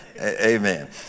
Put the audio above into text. Amen